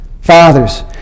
Fathers